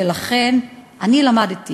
ולכן, אני למדתי